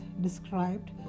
described